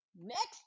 Next